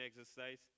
exercise